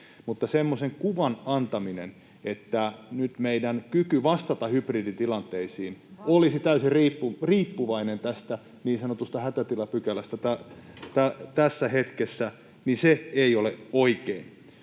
mutta semmoisen kuvan antaminen, että nyt meidän kyky vastata hybriditilanteisiin olisi täysin riippuvainen tästä niin sanotusta hätätilapykälästä tässä hetkessä, ei ole oikein.